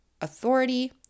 authority